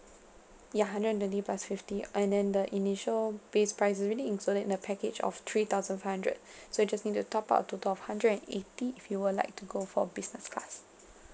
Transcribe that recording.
ya hundred and twenty plus fifty and then the initial base price is already included in the package of three thousand five hundred so you just need to top up a total of hundred and eighty if you will like to go for business class